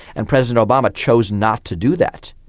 and president obama chose not to do that,